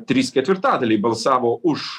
trys ketvirtadaliai balsavo už